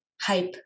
hype